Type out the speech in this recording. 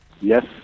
Yes